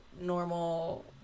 normal